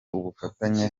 ubufatanye